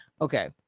okay